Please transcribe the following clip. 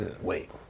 wait